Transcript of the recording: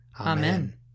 Amen